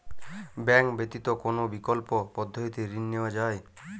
Bank ব্যতিত কোন বিকল্প পদ্ধতিতে ঋণ নেওয়া যায়?